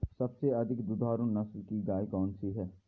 सबसे अधिक दुधारू नस्ल की गाय कौन सी है?